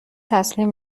تسلیم